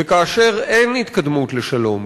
וכאשר אין התקדמות לשלום,